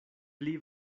pli